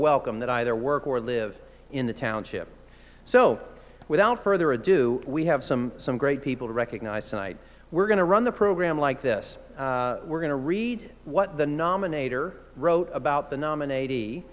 welcome that either work or live in the township so without further ado we have some some great people to recognize tonight we're going to run the program like this we're going to read what the nominator wrote about the nominat